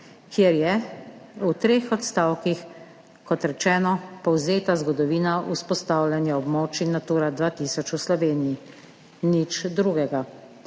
kjer je v treh odstavkih, kot rečeno, povzeta zgodovina vzpostavljanja območij Natura 2000 v Sloveniji. Nič drugega.